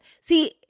See